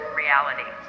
reality